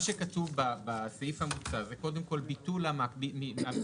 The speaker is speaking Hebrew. מה שכתוב בסעיף המוצע זה קודם כל ביטול המקסימום,